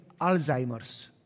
Alzheimer's